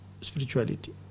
spirituality